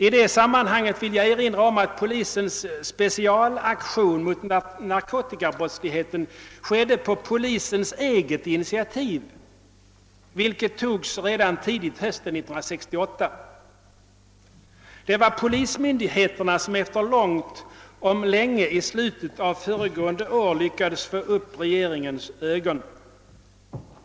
I det sammanhanget vill jag erinra om att polisens specialaktion mot narkotikabrottsligheten skedde på polisens eget initiativ, vilket togs redan tidigt hösten 1968. Det var polismyndigheterna som långt om länge i slutet av föregående år lyckades få upp regeringens ögon.